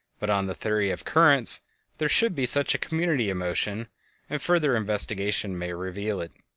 but on the theory of currents there should be such a community of motion, and further investigation may reveal it.